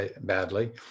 badly